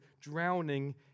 drowning